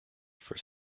for